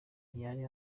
ntiyari